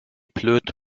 blöd